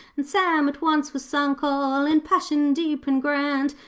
and sam at once was sunk all in passion deep and grand,